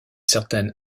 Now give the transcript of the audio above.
certaine